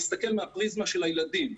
להסתכל מהפריזמה של הילדים,